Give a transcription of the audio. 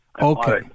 Okay